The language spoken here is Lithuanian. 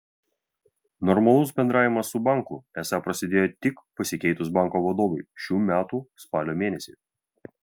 normalus bendravimas su banku esą prasidėjo tik pasikeitus banko vadovui šių metų spalio mėnesį